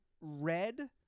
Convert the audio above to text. red